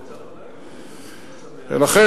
ולכן,